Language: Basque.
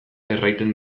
erraiten